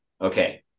okay